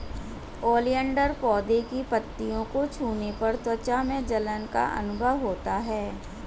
oleander पौधे की पत्तियों को छूने पर त्वचा में जलन का अनुभव होता है